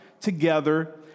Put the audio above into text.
together